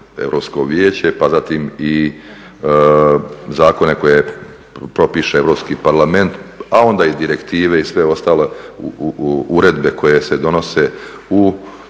Europsko vijeće pa zatim i zakone koje propiše Europski parlament, a onda i direktive i sve ostale uredbe koje se donose u